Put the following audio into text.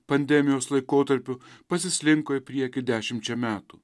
pandemijos laikotarpiu pasislinko į priekį dešimčia metų